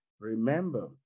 remember